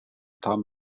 tam